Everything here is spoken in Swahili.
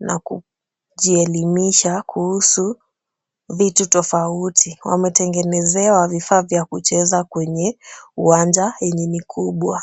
na kujielimisha kuhusu vitu tofauti. Wametengenezewa vifaa vya kucheza kwenye uwanja yenye ni kubwa.